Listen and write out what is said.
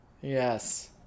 Yes